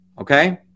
okay